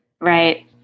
Right